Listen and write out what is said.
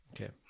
Okay